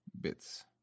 bits